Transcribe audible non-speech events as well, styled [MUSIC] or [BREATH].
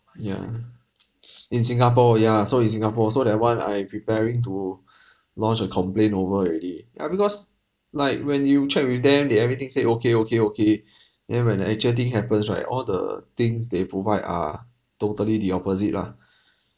yeah [NOISE] in singapore ya so in singapore so that one I preparing to lodge a complaint over already ya because like when you check with them they everything said okay okay okay then when the actual thing happens right all the things they provide are totally the opposite lah [BREATH]